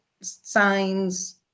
signs